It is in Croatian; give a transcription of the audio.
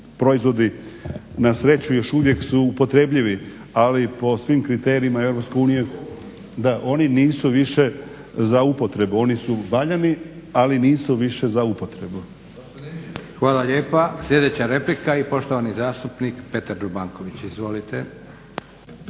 proizvodi na sreću još uvijek su upotrebljivi, ali po svim kriterijima Europske unije da oni nisu više za upotrebu. Oni su valjani, ali nisu više za upotrebu. **Leko, Josip (SDP)** Hvala lijepa. Sljedeća replika i poštovani zastupnik Petar Čobanković. Izvolite.